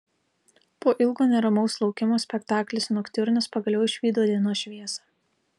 po ilgo neramaus laukimo spektaklis noktiurnas pagaliau išvydo dienos šviesą